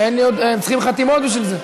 צריכים חתימות בשביל זה.